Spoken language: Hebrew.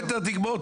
תלחץ אנטר ותגמור.